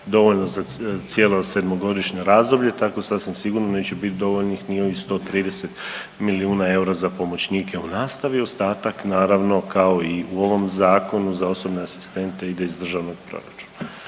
dovoljno za cijelo sedmogodišnje razdoblje, tako sasvim sigurno neće biti dovoljnih ni ovih 130 milijuna eura za pomoćnike u nastavi. Ostatak naravno, kao i u ovom Zakonu, za osobne asistente ide iz državnog proračuna.